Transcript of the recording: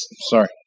sorry